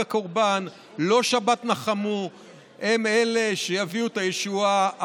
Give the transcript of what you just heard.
לא חג הקורבן ולא שבת נחמו הם אלה שיביאו את הישועה,